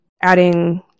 adding